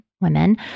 women